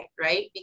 right